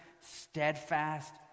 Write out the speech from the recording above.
steadfast